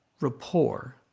rapport